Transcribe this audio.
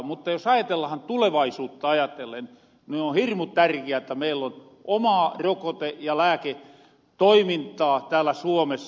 mutta jos ajatellahan tulevaisuutta niin on hirmu tärkiä että meillä on omaa rokote ja lääketoimintaa täällä suomessa